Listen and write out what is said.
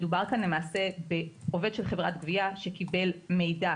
למעשה מדובר כאן בעובד של חברת גבייה שקיבל מידע